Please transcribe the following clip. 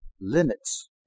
limits